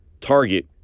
target